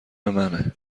منه